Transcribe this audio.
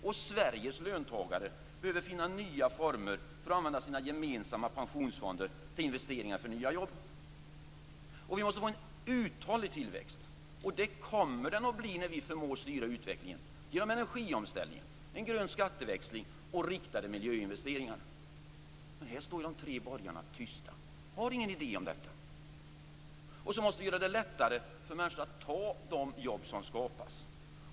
Och Sveriges löntagare behöver finna nya former att använda sina gemensamma pensionsfonder till investeringar för nya jobb. Det måste bli en uthållig tillväxt. Det kommer den att bli när vi förmår styra utvecklingen genom energiomställningen, en grön skatteväxling och riktade miljöinvesteringar. Men här står de tre borgarna tysta. Har ni inga idéer om detta? Vi måste göra det lättare för människor att ta de jobb som skapas.